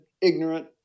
ignorant